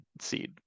seed